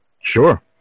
Sure